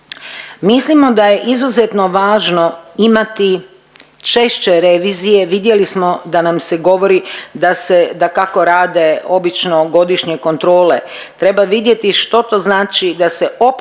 Mislimo da je izuzetno važno imati češće revizije, vidjeli smo da nam se govori da se, da kako rade obično godišnje kontrole. Treba vidjeti što to znači da se opća